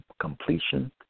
completion